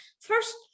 first